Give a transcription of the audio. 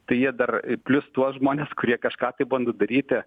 tai jie dar plius tuos žmones kurie kažką tai bando daryti